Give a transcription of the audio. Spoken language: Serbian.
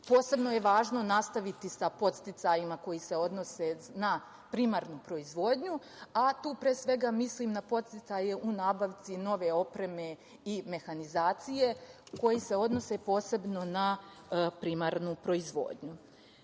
je važno nastaviti sa podsticajima koji se odnose na primarnu proizvodnju, a tu, pre svega, mislim na podsticaje u nabavci nove opreme i mehanizacije koje se odnose posebno na primarnu proizvodnju. Ovo